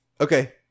okay